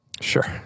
Sure